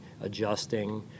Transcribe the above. adjusting